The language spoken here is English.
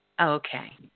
Okay